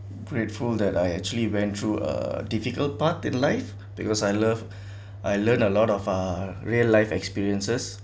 grateful that I actually went through a difficult part in life because I love I learn a lot of uh real life experiences